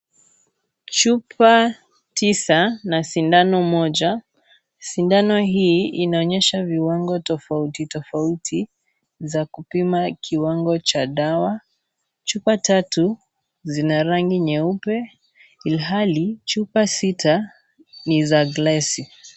Chupa tisa na sindano moja. Sindano hii, inaonyesha viwango tofauti tofauti za kupima kiwango cha dawa. Chupa tatu, zina rangi nyeupe, ilhali chupa sita ni za glasi.